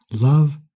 love